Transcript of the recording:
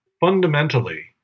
fundamentally